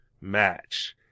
match